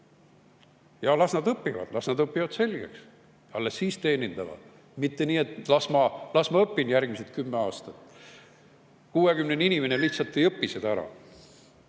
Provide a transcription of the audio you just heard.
Las nad õpivad, las nad õpivad selgeks ja alles siis teenindavad, mitte nii, et las ma õpin järgmised kümme aastat. 60-[aastane] inimene lihtsalt ei õpi seda